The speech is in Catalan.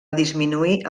disminuir